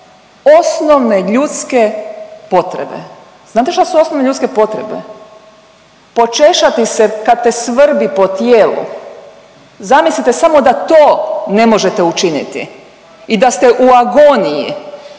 osnovne ljudske potrebe. Znate šta su osnovne ljudske potrebe? Počešati se kad te svrbi po tijelu. Zamislite samo da to ne možete učiniti i da ste u agoniji,